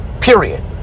period